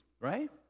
right